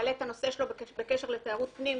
יעלה את הנושא שלו בקשר לתיירות פנים,